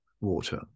Water